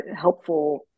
helpful